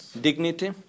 dignity